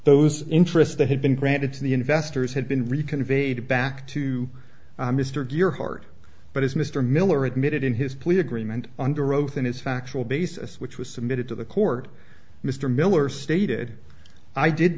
those interests that had been granted to the investors had been reconfigured back to mr gearhart but as mr miller admitted in his plea agreement under oath in his factual basis which was submitted to the court mr miller stated i did